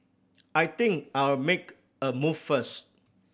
I think I'll make a move first